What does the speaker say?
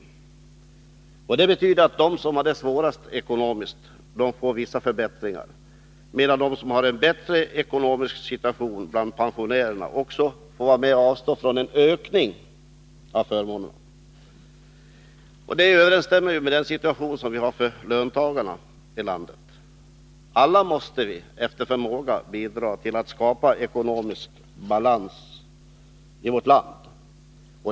Det betyder att de pensionärer som har det svårast ekonomiskt också får vissa förbättringar, medan de bland pensionärerna som har en bättre ekonomisk situation också får avstå från en ökning av förmånerna. Detta överensstämmer med den situation som gäller för löntagarna i landet. Alla måste vi efter vår förmåga bidraga till att skapa ekonomisk balans i vårt land.